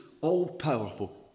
all-powerful